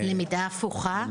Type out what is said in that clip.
למידה הפוכה.